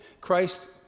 Christ